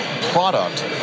product